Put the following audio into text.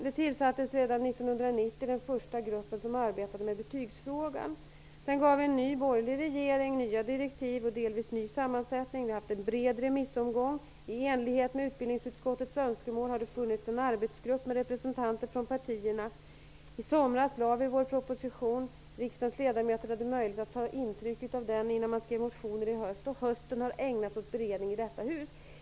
Redan 1990 tillsattes den första gruppen som arbetade med betygsfrågan. Sedan gav en ny borgerlig regering nya direktiv, och sammansättningen blev delvis ny. Vi har haft en bred remissomgång. I enlighet med utbildningsutskottets önskemål har det funnits en arbetsgrupp med representanter från partierna. I somras lade vi fram vår proposition, riksdagens ledamöter hade möjlighet att ta intryck av den innan de väckte motioner i höst, och hösten har ägnats åt beredning av ärendet i detta hus.